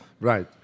Right